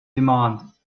demand